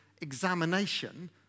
examination